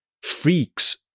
Freaks